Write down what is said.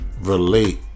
relate